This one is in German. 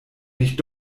nicht